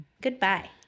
goodbye